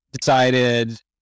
decided